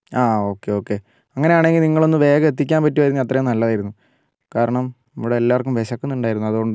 ആ okay okay അങ്ങനെ ആണെങ്കിൽ നിങ്ങളൊന്ന് വേഗം എത്തിക്കാൻ പറ്റുവായിരുന്നെങ്കിൽ അത്രയും നല്ലതായിരുന്നു കാരണം ഇവിടെ എല്ലാവർക്കും വിശക്കുന്നുണ്ടായിരുന്നു അതുകൊണ്ടാ